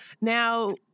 Now